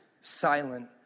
silent